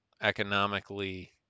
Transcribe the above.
economically